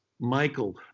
Michael